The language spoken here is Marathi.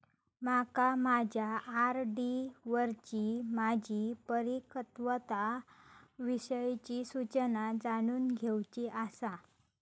माका माझ्या आर.डी वरची माझी परिपक्वता विषयची सूचना जाणून घेवुची आसा